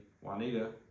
Juanita